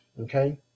Okay